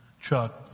Chuck